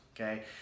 Okay